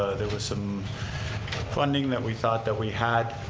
there was some funding that we thought that we had